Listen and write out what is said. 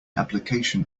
application